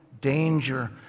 danger